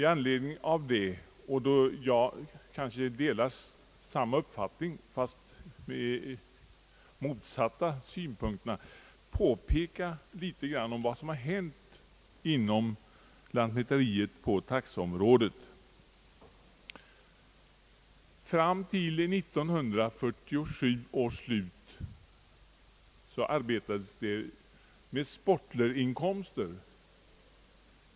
Jag delar den uppfattningen fast med motsatta synpunkter, och jag vill därför påpeka vad som hänt på taxeområdet inom lantmäteriet. Fram till 1947 års slut arbetades det med sportelinkomster.